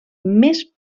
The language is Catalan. més